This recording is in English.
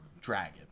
dragon